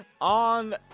on